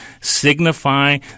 signify